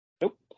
Nope